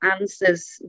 answers